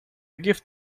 gift